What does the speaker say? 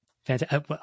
fantastic